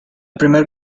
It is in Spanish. primer